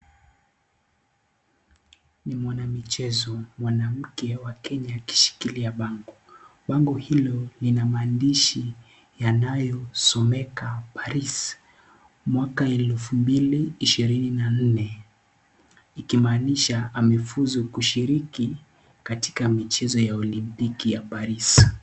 Ni mwanamichezo mwanamke wa Kenya akishikilia bango, bango hilo lina maandishi yanayosomeka Paris mwaka elfu mbili ishirini na nne, ikimaanisha amefuzu kushiriki katika michezo ya olimpiki ya Paris.